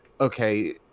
okay